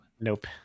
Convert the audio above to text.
Nope